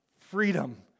freedom